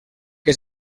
que